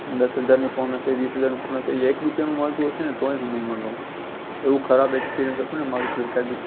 દસ હજારનો ફોન હશે વીસ હજારનો ફોન હશે એ એક રૂપિયામાં મળતો હશે ને તોય હું નહીં મગાવું એવું ખરાબ ઍક્સપિરિયન્સ હતું ને મારું ફ્લિપકાર્ટથી